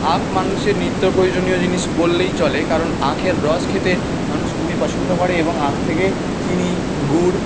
আখ মানুষের নিত্য প্রয়োজনীয় জিনিস বললেই চলে কারণ আখের রস খেতে মানুষ খুবই পছন্দ করে এবং আখ থেকে চিনি গুঁড়